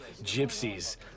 gypsies